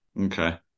Okay